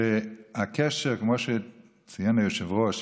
כמו שציין היושב-ראש,